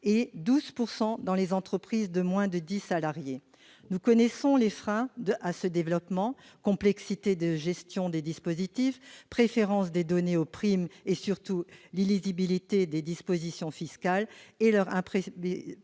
et à 12 % dans les entreprises de moins de 10 salariés. Nous connaissons les freins à ce développement : complexité de gestion des dispositifs, préférence donnée aux primes et, surtout, illisibilité des dispositions fiscales, qui sont